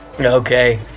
Okay